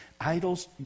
Idols